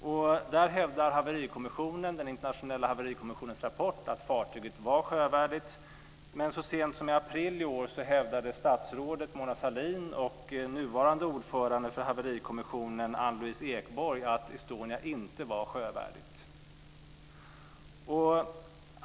Den internationella haverikommissionen hävdar i sin rapport att fartyget var sjövärdigt. Men så sent som i april i år hävdade statsrådet Mona Sahlin och den nuvarande ordföranden för Haverikommissionen Ann-Louise Ekborg att Estonia inte var sjövärdigt.